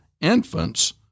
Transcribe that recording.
infants